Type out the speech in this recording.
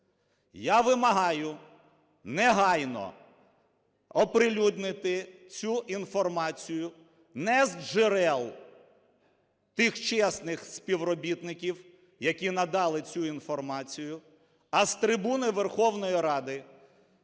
Я вимагаю негайно оприлюднити цю інформацію не з джерел тих чесних співробітників, які надали цю інформацію, а з трибуни Верховної Ради.